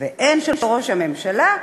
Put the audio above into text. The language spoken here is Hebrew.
והן של ראש הממשלה,